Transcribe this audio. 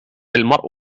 المرء